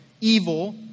Evil